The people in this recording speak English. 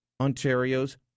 Ontario's